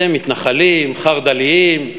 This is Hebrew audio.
אתם מתנחלים, חרד"לים.